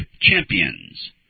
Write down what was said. champions